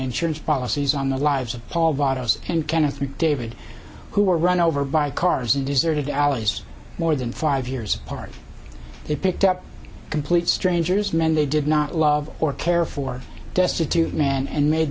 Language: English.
insurance policies on the lives of paul bottles and cans of david who were run over by cars in deserted alleys more than five years apart they picked up complete strangers men they did not love or care for destitute man and made